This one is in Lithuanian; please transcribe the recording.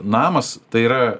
namas tai yra